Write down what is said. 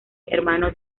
hermano